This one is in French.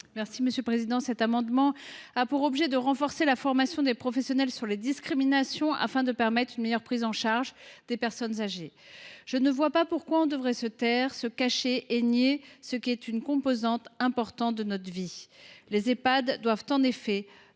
Mme Anne Souyris. Cet amendement a pour objet de renforcer la formation des professionnels sur les discriminations afin de permettre une meilleure prise en charge des personnes âgées. Je ne vois pas pourquoi quiconque devrait se taire, se cacher et nier ce qui est une composante importante de sa vie. Les Ehpad doivent en effet